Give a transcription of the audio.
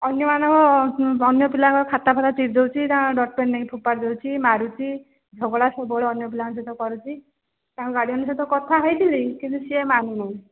ଅନ୍ୟମାନଙ୍କ ଅନ୍ୟ ପିଲାଙ୍କର ଖାତା ଫାତା ଚିରି ଦଉଛି ତାଙ୍କ ଡଟ୍ ପେନ୍ ନେଇକି ଫୋପାଡ଼ି ଦଉଛି ମାରୁଛି ଝଗଡ଼ା ସବୁବେଳେ ଅନ୍ୟ ପିଲାଙ୍କ ସହିତ କରୁଛି ତାଙ୍କ ଗାର୍ଡ଼ିଆନ୍ ସହିତ କଥା ହେଇଥିଲି କିନ୍ତୁ ସିଏ ମାନୁନି